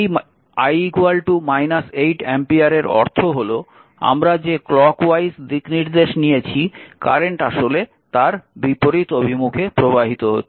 এই i 8 অ্যাম্পিয়ারের অর্থ হল আমরা যে ক্লক ওয়াইজ দিকনির্দেশ নিয়েছি কারেন্ট আসলে তার বিপরীত অভিমুখে প্রবাহিত হচ্ছে